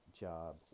job